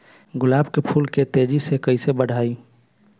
गुलाब के फूल के तेजी से कइसे बढ़ाई?